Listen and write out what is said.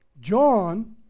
John